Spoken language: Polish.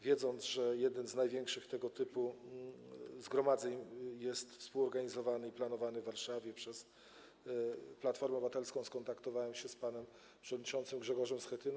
Wiedząc, że jedno z największych tego typu zgromadzeń jest współorganizowane i planowane przez Platformę Obywatelską, skontaktowałem się z panem przewodniczącym Grzegorzem Schetyną.